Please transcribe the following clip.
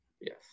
Yes